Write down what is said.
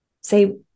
say